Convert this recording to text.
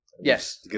Yes